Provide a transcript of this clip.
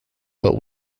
but